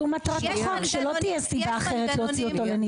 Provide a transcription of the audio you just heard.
זו מטרת החוק שלא תהיה סיבה אחרת להוציא אותו לנבצרות,